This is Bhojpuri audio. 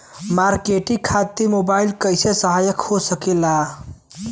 मार्केटिंग खातिर मोबाइल कइसे सहायक हो सकेला?